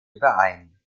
überein